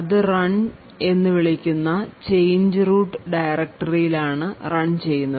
അത് run എന്ന് വിളിക്കുന്ന change root directory ൽ ആണ് റൺ ചെയ്യുന്നത്